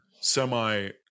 semi